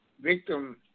victim